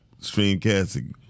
Streamcasting